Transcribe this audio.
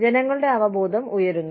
ജനങ്ങളുടെ അവബോധം ഉയരുന്നു